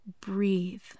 breathe